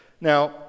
Now